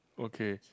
okay